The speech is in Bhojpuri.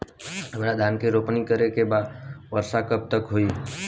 हमरा धान के रोपनी करे के बा वर्षा कब तक होई?